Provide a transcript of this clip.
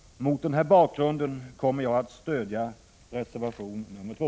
Mot denna bakgrund kommer jag att stödja reservation nr 2.